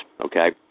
okay